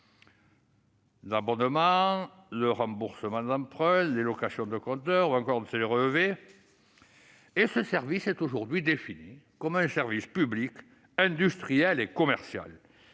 d'abonnement, de remboursement d'emprunts, de location de compteur ou encore de télérelevé. Ce service est aujourd'hui défini comme un service public industriel et commercial,